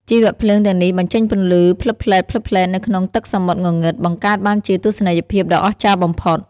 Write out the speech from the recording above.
ជីវភ្លើងទាំងនេះបញ្ចេញពន្លឺភ្លឹបភ្លែតៗនៅក្នុងទឹកសមុទ្រងងឹត បង្កើតបានជាទស្សនីយភាពដ៏អស្ចារ្យបំផុត។